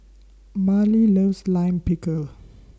Mallie loves Lime Pickle